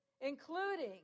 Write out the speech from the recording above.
including